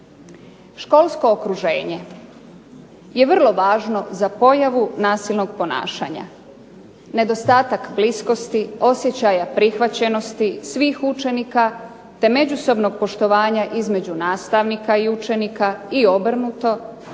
Školsko okruženje je vrlo važno za pojavu nasilnog ponašanje, nedostatak bliskosti, osjećaja prihvaćenosti, svih učenika, te međusobnog poštovanja između nastavnika i učenika i obrnuto,